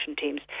Teams